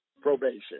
probation